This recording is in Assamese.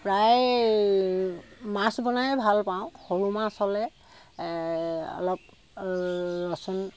প্ৰায় মাছ বনায়ে ভাল পাওঁ সৰু মাছ হ'লে অলপ ৰচোন